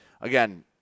again